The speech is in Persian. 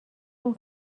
اون